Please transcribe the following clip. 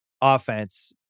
offense